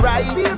Right